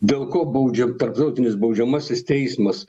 dėl ko baudžia tarptautinis baudžiamasis teismas